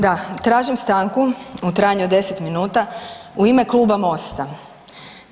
Da, tražim stanku u trajanju od 10 minuta u ime Kluba MOST-a.